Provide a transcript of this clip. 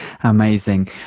Amazing